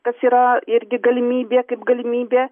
kas yra irgi galimybė kaip galimybė